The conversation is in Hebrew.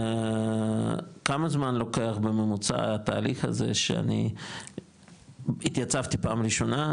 כמה זמן לוקח בממוצע התהליך הזה שאני התייצבתי פעם ראשונה,